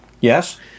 Yes